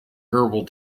herbal